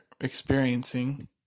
experiencing